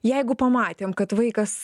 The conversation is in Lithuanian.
jeigu pamatėm kad vaikas